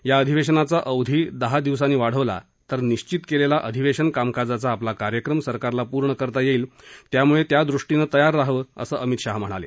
या अधिवेशनाचा अवधी दहा दिवसांनी वाढवला तर निश्वित केलेला अधिवेशन कामकाजाचा आपला कार्यक्रम सरकारला पूर्ण करता येईल त्यामुळे त्या दृष्टीनं तयार रहावं असं अमित शहा म्हणाले